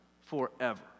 forever